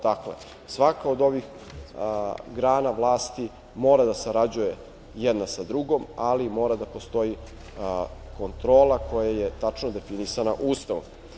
Dakle, svaka od ovih grana vlasti mora da sarađuje jedna sa drugom, ali mora da postoji kontrola koja je tačno definisana Ustavom.